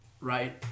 right